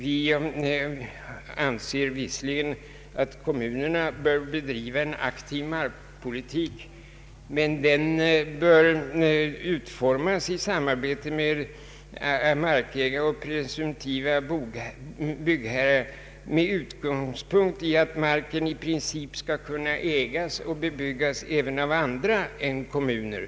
Vi anser visserligen att kommunerna bör bedriva en aktiv markpolitik, men den bör enligt vårt förmenande utformas i samarbete med markägare och presumtiva byggherrar med utgångspunkt i att marken i princip skall kunna ägas och bebyggas även av andra än kommuner.